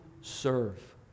serve